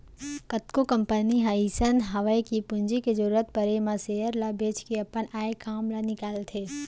कतको कंपनी ह अइसन हवय कि पूंजी के जरूरत परे म सेयर ल बेंच के अपन आय काम ल निकालथे